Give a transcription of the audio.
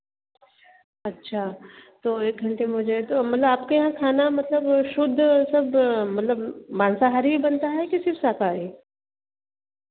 अच्छा तो एक घंटे में हो जाए तो मतलब आपके यहाँ खाना मतलब शुद्ध सब मतलब मांसाहारी ही बनता है कि सिर्फ़ शाकाहारी